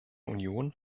union